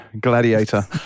Gladiator